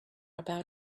about